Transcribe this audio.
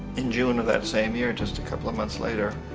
in june of that same year, just a couple of month later,